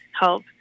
help